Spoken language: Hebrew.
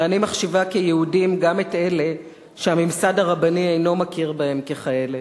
ואני מחשיבה כיהודים גם את אלה שהממסד הרבני אינו מכיר בהם ככאלה.